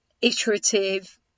iterative